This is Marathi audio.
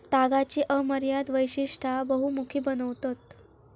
तागाची अमर्याद वैशिष्टा बहुमुखी बनवतत